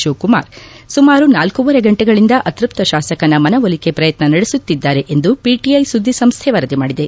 ಶಿವಕುಮಾರ್ ಸುಮಾರು ನಾಲ್ಕೂವರೆ ಗಂಟೆಗಳಿಂದ ಅತ್ಯಪ್ತ ಶಾಸಕನ ಮನವೊಲಿಕೆ ಪ್ರಯತ್ನ ನಡೆಸುತ್ತಿದ್ದಾರೆ ಎಂದು ಪಿಟಿಐ ಸುದ್ದಿ ಸಂಸ್ಟೆ ವರದಿ ಮಾಡಿದೆ